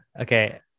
Okay